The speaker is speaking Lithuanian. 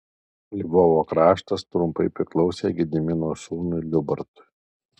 lvovo kraštas trumpai priklausė gedimino sūnui liubartui